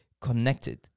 connected